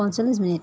পঞ্চল্লিছ মিনিট